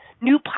new